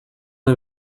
and